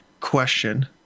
question